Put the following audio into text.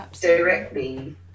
directly